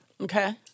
Okay